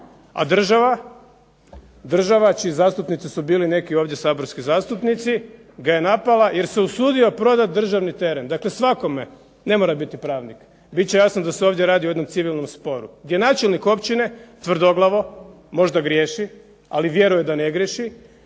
A država čiji su zastupnici bili neki ovdje saborski zastupnici ga je napala, jer se usudio prodati državni teren. Dakle, svakome, ne mora biti pravnik, bit će jasno da se ovdje radi o jednom civilnom sporu, gdje načelnih općine tvrdoglavo možda griješi, ali vjeruje da ne griješi